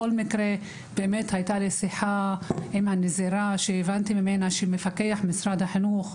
הייתה לי שיחה עם הנזירה והבנתי ממנה שמפקח ממשרד החינוך,